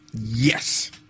Yes